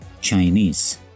Chinese